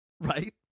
right